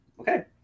Okay